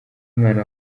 mwana